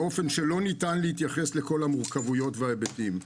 באופן שלא ניתן להתייחס לכל המורכבויות וההיבטים.